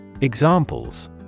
Examples